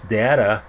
data